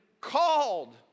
called